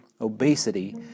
obesity